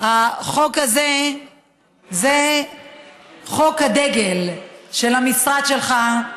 החוק הזה הוא חוק הדגל של המשרד שלך,